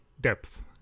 depth